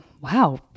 wow